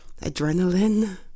adrenaline